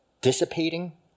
dissipating